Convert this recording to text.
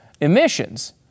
emissions